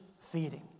feeding